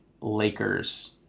Lakers